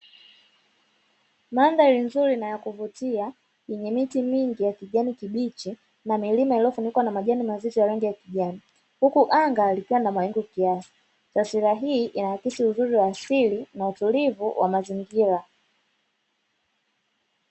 Mandhari nzuri na ya kuvutia yenye miti mingi ya kijani kibichi na milima iliyofunikwa na majani mazito ya rangi ya kijani, huku anga likiwa na mawingu kiasi taswira hii inaakisi uzuri wa asili na utulivu wa mazingira.